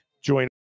join